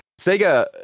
sega